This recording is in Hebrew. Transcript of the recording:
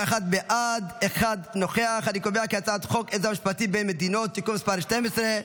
את הצעת חוק עזרה משפטית בין מדינות (תיקון מס' 12),